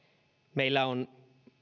meillä on